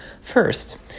First